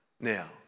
now